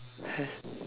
has